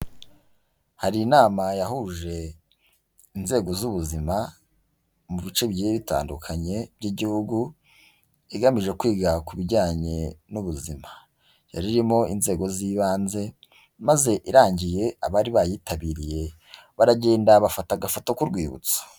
Hari inama yahuje inzego z'ubuzima mu bice bigiye bitandukanye by'igihugu igamije kwiga ku bijyanye n'ubuzima, yari irimo inzego z'ibanze maze irangiye abari bayitabiriye baragenda bafata agafoto k'urwibutso.